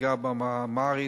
הצגה באמהרית,